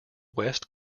west